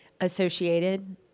Associated